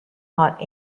hot